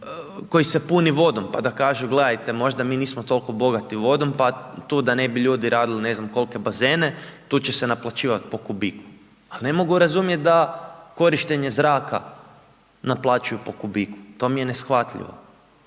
koji se puni vodom pa da kažu gledajte, možda mi nismo toliko bogati vodom pa tu da ne bi ljudi radili ne znam kolike bazene, tu će se naplaćivati po kubiku ali ne mogu razumjet da korištenje zraka naplaćuju po kubiku, to mi je neshvatljivo.